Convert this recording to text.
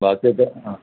ബാക്കി ഒക്കെ അ